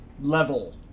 Level